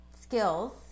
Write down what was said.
skills